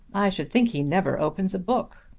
i should think he never opens a book.